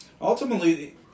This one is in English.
Ultimately